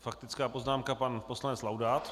Faktická poznámka pan poslanec Laudát.